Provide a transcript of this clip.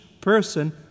person